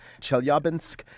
Chelyabinsk